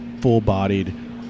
full-bodied